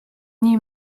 nii